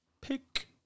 pick